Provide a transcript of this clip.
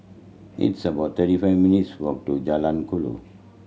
it's about thirty five minutes' walk to Jalan Kuala